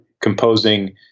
composing